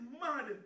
mad